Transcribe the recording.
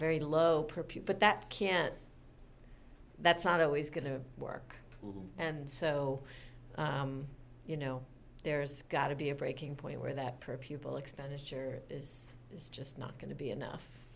very low but that can't that's not always going to work and so you know there's got to be a breaking point where that per pupil expenditure is is just not going to be enough